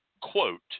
quote